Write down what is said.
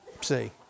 See